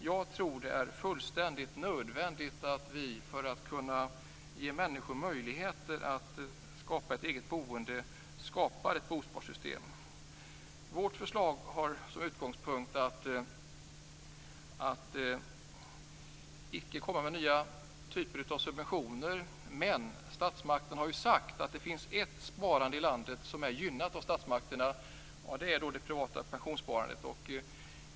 Jag tror att det är nödvändigt att vi, för att kunna ge människor möjlighet att skapa ett eget boende, skapar ett bosparsystem. Vårt förslag har som utgångspunkt att icke komma med nya typer av subventioner, men statsmakterna har sagt att det finns ett sparande i landet som är gynnat av statsmakterna, och det är det privata pensionssparandet.